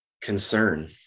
concern